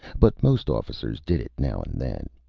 but most officers did it now and then.